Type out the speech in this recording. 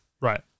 Right